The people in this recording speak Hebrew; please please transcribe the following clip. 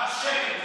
מה השקר בזה?